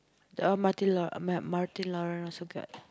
the Martilara so called